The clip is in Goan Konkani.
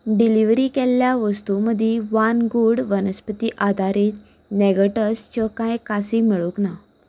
डिलिव्हरी केल्ल्या वस्तूं मदीं वन गुड वनस्पती आदारीत नॅगेट्सच्यो कांय कासी मेळूंंक ना